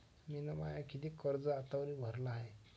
मिन माय कितीक कर्ज आतावरी भरलं हाय?